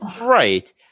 right